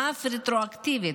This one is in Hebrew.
ואף רטרואקטיבית.